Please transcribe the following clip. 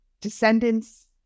descendants